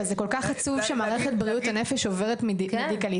אבל זה כל כך עצוב שמערכת בריאות הנפש עוברת מדיקליזציה.